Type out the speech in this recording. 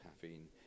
caffeine